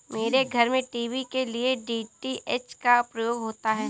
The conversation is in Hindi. मेरे घर में टीवी के लिए डी.टी.एच का प्रयोग होता है